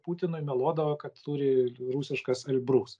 putinui meluodavo kad turi rusiškas el brūs